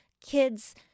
kids